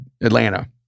Atlanta